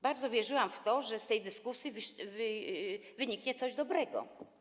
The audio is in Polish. Bardzo wierzyłam w to, że z tej dyskusji wyniknie coś dobrego.